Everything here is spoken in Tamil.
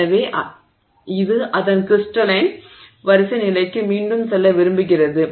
எனவே இது அதன் கிரிஸ்டலைன் வரிசை நிலைக்கு மீண்டும் செல்ல விரும்புகிறது